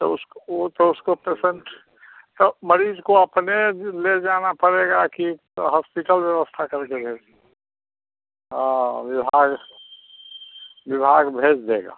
तो उसको वह तो उसको पैसेंट तो मरीज़ को अपने जो ले जाना पड़ेगा कि हॉस्पिटल व्यवस्था करके भेज हाँ विभाग विभाग भेज देगा